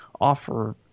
offer